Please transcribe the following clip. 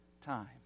time